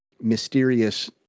mysterious